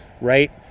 right